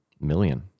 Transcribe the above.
Million